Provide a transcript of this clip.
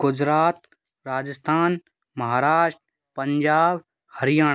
Gujarat Rajasthan Maharashtra Punjab Haryana